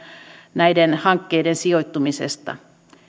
näiden hankkeiden sijoittumisesta